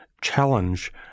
challenge